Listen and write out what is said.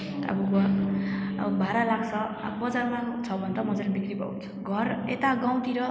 अब अब भाडा लाग्छ बजारमा छ भने त मज्जाले बिक्री भाउ हुन्छ घर यता गाउँतिर